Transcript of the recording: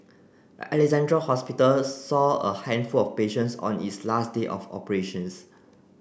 Alexandra Hospital saw a handful of patients on its last day of operations